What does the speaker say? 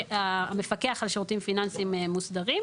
והמפקח על שירותים פיננסיים מוסדרים,